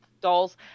dolls